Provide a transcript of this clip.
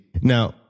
now